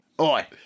Oi